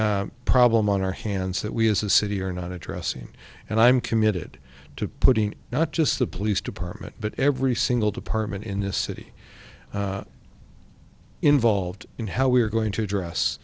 huge problem on our hands that we as a city are not addressing and i'm committed to putting not just the police department but every single department in this city involved in how we're going to address